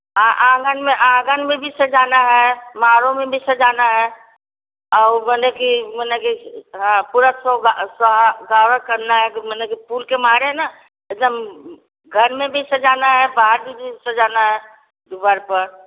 हाँ आँगन में आँगन भी सजाना है मारों में भी सजाना है औउर माने कि माने कि हाँ पूरा सोगा स्वा गावट करना है कि माने कि पुरके मारे ना एकदम घर में भी सजाना है बाहर में भी सजाना है द्वार पर